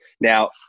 Now